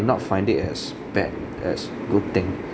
not find it as bad as good thing